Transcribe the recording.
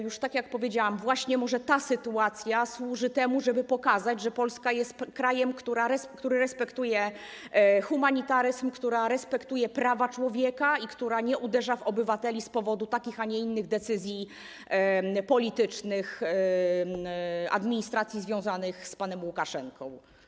Jak już powiedziałam, może właśnie ta sytuacja służy temu, żeby pokazać, że Polska jest krajem, który respektuje humanitaryzm, który respektuje prawa człowieka i który nie uderza w obywateli z powodu takich, a nie innych decyzji politycznych administracji związanej z panem Łukaszenką.